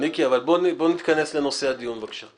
מיקי, בוא נתכנס לנושא הדיון, בבקשה.